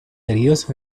heridos